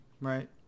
Right